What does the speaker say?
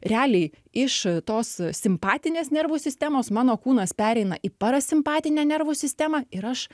realiai iš tos simpatinės nervų sistemos mano kūnas pereina į parasimpatinę nervų sistemą ir aš